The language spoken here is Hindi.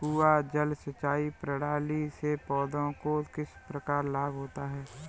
कुआँ जल सिंचाई प्रणाली से पौधों को किस प्रकार लाभ होता है?